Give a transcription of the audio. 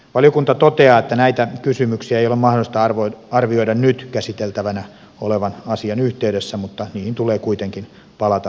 valiokunta toteaa että näitä kysymyksiä ei ole mahdollista arvioida nyt käsiteltävänä olevan asian yhteydessä mutta niihin tulee kuitenkin palata myöhemmin